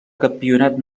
campionat